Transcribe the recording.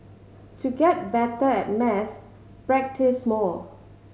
to get better at maths practise more